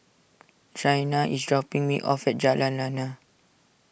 Shaina is dropping me off at Jalan Lana